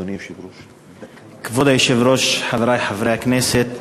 כבוד היושב-ראש, חברי חברי הכנסת,